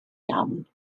iawn